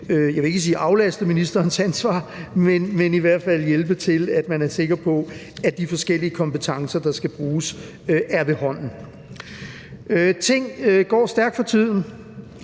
jeg vil ikke sige aflaste ministerens ansvar, men i hvert fald hjælpe til, at man er sikker på, at de forskellige kompetencer, der skal bruges, er ved hånden. Ting går stærkt for tiden,